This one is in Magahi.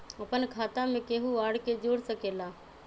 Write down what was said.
अपन खाता मे केहु आर के जोड़ सके ला?